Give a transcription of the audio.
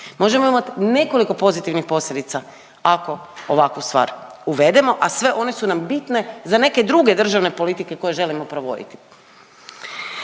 Možemo imat nekoliko pozitivnih posljedica ako ovakvu stvar uvedemo, a sve one su nam bitne za neke druge državne politike koje želimo provoditi.